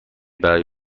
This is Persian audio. برای